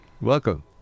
Welcome